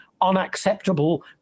unacceptable